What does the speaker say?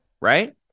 Right